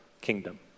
kingdom